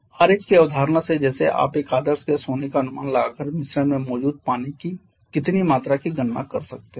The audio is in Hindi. आरएच की अवधारणा से जैसे आप एक आदर्श गैस होने का अनुमान लगाकर मिश्रण में मौजूद पानी की कितनी मात्रा की गणना कर सकते हैं